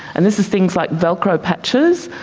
and this is things like velcro patches.